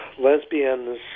lesbians